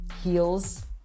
heels